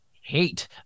hate